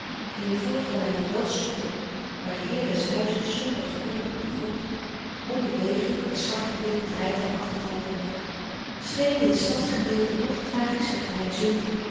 in de voorgalerij wel stoelen maar de heer des huizes somber gehurkt op den grond onbewegelijk met zwarten blik het rijtuig achtervolgende scheen dit stadsgedeelte nog tragischer geheimzinnig